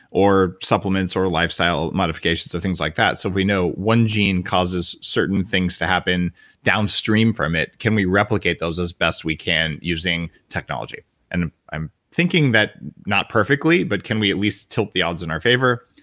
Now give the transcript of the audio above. or supplements, or lifestyle modifications, so things like that. so we know one gene causes certain things to happen downstream from it. can we replicate those as best we can using technology and i'm thinking that not perfectly, but can we at least tilt the odds in our favor?